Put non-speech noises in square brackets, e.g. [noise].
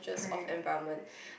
correct [breath]